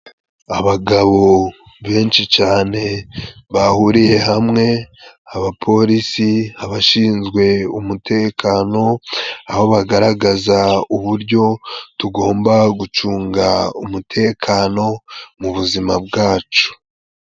Abagabo benshi cane bahuriye hamwe, abapolisi, abashinzwe umutekano, aho bagaragaza uburyo tugomba gucunga umutekano mu buzima bwacu.